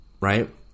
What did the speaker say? right